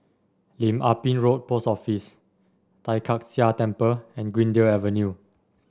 Lim Ah Pin Road Post Office Tai Kak Seah Temple and Greendale Avenue